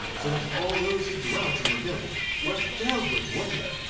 so that all those who dwelt in the village were filled with wonder,